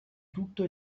tutto